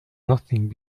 nothing